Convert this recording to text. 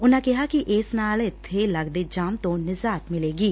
ਉਨੂਂ ਕਿਹਾ ਕਿ ਇਸ ਨਾਲ ਇੱਬੇ ਲਗਦੇ ਜਾਮ ਤੋਂ ਨਿਜ਼ਾਤ ਮਿਲੇਗੀ